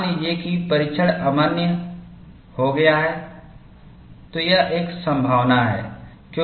मान लीजिए कि परीक्षण अमान्य हो गया है तो यह एक संभावना है